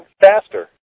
faster